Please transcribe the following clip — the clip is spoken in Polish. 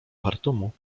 chartumu